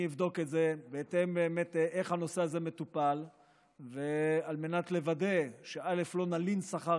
אני אבדוק את זה ואיך הנושא מטופל על מנת לוודא שלא נלין שכר